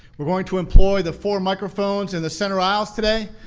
we're going to employ the four microphones in the center aisles today.